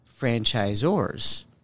franchisors